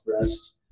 rest